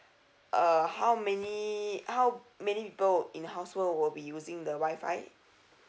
uh how many how many people in the household will be using the WI-FI